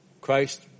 Christ